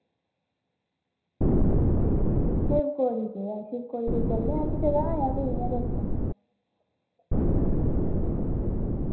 शिवखोड़ी केह् ऐ शिवखोड़ी कोई चलने आह्ली जगह जां फ्ही इ'यां गै उत्थै